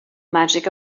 magic